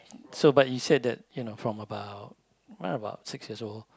so but you said that you know from about right about six years old